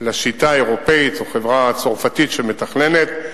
לשיטה האירופית, זו חברה צרפתית שמתכננת.